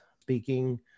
speaking